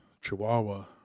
Chihuahua